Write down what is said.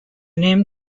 name